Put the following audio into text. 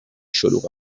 شلوغ